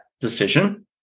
decision